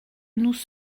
nous